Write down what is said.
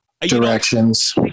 directions